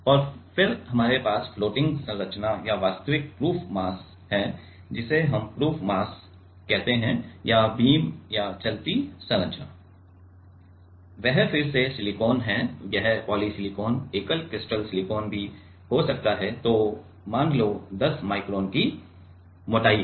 और फिर हमारे पास फ़्लोटिंग संरचना या वास्तविक प्रूफ मास है जिसे हम प्रूफ मास कहते हैं या बीम या चलती संरचना है वह फिर से सिलिकॉन है यह पॉलीसिलिकॉन एकल क्रिस्टल सिलिकॉन भी हो सकता है और यह मान लो 10 माइक्रोन की मोटाई है